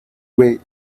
way